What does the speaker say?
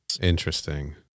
Interesting